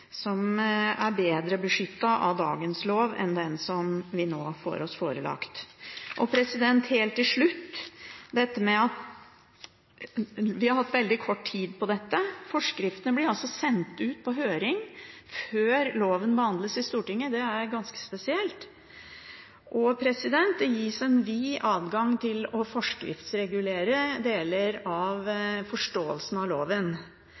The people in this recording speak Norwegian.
som er bedre beskyttet av dagens lov enn den vi nå får oss forelagt. Helt til slutt: Vi har hatt veldig kort tid på dette. Forskriftene ble altså sendt ut på høring før loven behandles i Stortinget – det er ganske spesielt. Det gis en vid adgang til å forskriftsregulere deler av forståelsen av loven,